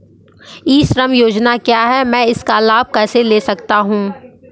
ई श्रम योजना क्या है मैं इसका लाभ कैसे ले सकता हूँ?